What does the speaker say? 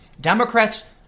Democrats